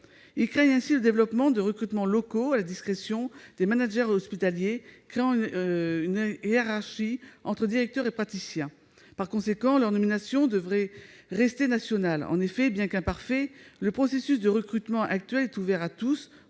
Ils craignent ainsi le développement de recrutements locaux à la discrétion des managers hospitaliers, créant une hiérarchie entre directeurs et praticiens. Par conséquent, la nomination de ces professionnels devrait rester nationale. En effet, bien qu'imparfait, le processus de recrutement actuel est ouvert à tous